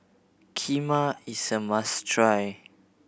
kheema is a must try